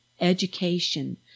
education